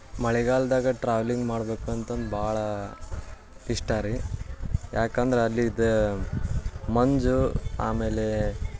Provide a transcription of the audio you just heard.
ಮಳೆಗಾಲದಾಗ ಟ್ರಾವೆಲಿಂಗ್ ಮಾಡ್ಬೇಕಂತಂದ್ರ್ ಭಾಳ ಇಷ್ಟ ರೀ ಯಾಕಂದ್ರೆ ಅಲ್ಲಿಯ ಮಂಜು ಆಮೇಲೆ